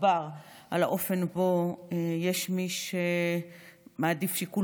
דובר על האופן שבו יש מי שמעדיף שיקול